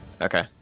Okay